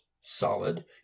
solid